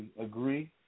agree